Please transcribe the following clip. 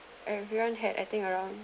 everyone had I think around